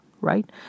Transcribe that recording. right